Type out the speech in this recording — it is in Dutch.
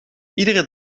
iedere